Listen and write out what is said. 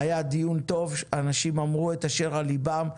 היה דיון טוב ואנשים אמרו את אשר על ליבם.